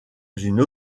une